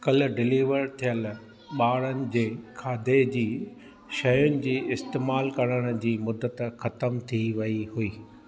काल्हि डिलीवर थियल बा॒रनि जे खाधे जी शयुनि जे इस्तैमाल करण जी मुदति ख़तम थी वेई हुई